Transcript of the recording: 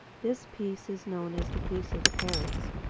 this peace is known as the peace of the parrots,